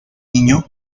niño